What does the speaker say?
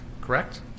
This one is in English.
correct